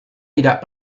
tidak